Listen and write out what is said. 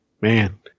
man